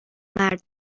مرد